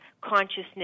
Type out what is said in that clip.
consciousness